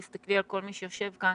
תסתכלי על כל מי שיושב כאן,